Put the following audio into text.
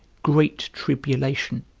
great tribulation.